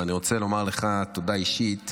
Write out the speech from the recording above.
אבל אני רוצה לומר לך תודה אישית,